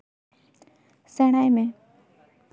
ᱥᱮᱬᱟᱭ ᱢᱮ